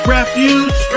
Refuge